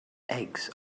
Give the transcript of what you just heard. eggs